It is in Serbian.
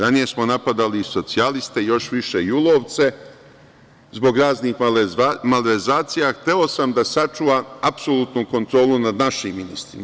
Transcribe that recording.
Ranije smo napadali socijaliste, još više JUL-ovce, zbog raznih malverzacija i hteo sam da sačuvam apsolutnu kontrolu nad našim ministrima.